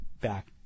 back